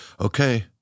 Okay